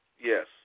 Yes